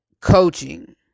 coaching